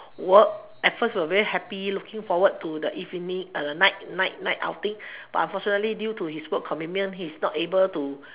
work at first we are very happy looking forward to the evening night night night outing but unfortunately due to his work commitment he is not able to